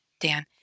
Dan